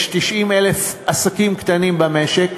יש 90,000 עסקים קטנים במשק,